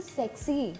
sexy